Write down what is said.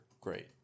great